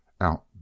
out